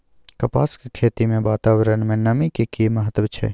कपास के खेती मे वातावरण में नमी के की महत्व छै?